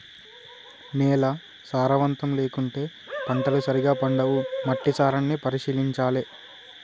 నేల సారవంతం లేకుంటే పంటలు సరిగా పండవు, మట్టి సారాన్ని పరిశీలించాలె